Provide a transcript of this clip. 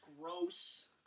gross